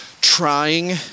trying